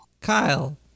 Kyle